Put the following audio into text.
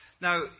now